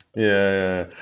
yeah,